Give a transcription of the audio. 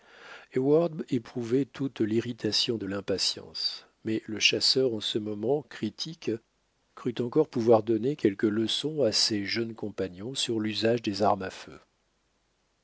éprouvait toute l'irritation de l'impatience mais le chasseur en ce moment critique crut encore pouvoir donner quelques leçons à ses jeunes compagnons sur l'usage des armes à feu